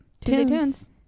tunes